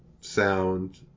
sound